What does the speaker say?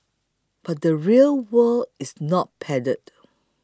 but the real world is not padded